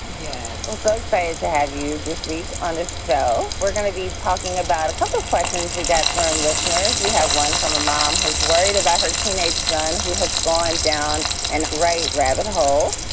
yes. so it's okay to have you this week on the show. we're going to be talking about a couple of questions we got from listeners. we have one from a mom who's worried about her teenage son who has gone down and right. rabbit hole.